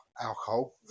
alcohol